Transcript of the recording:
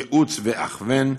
ייעוץ והכוון,